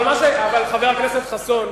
אבל, חבר הכנסת חסון,